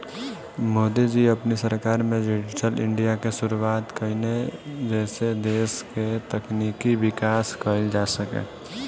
मोदी जी अपनी सरकार में डिजिटल इंडिया के शुरुआत कईने जेसे देस के तकनीकी विकास कईल जा सके